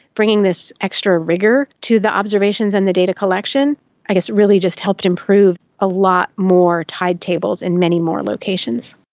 bringing this extra rigour to the observations and the data collection i guess really just helped improve a lot more tide tables in many more locations.